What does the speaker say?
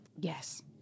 Yes